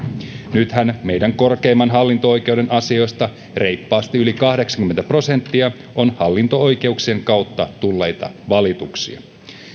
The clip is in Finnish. nythän meidän korkeimman hallinto oikeuden asioista reippaasti yli kahdeksankymmentä prosenttia on hallinto oikeuksien kautta tulleita valituksia